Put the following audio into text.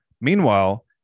Meanwhile